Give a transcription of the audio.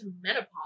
menopause